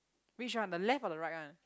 which on the left or the right one